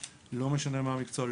לא משנה מה המקצוע,